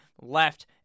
left